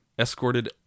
escorted